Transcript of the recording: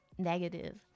negative